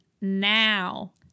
now